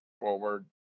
forward